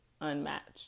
unmatched